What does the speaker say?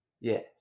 Yes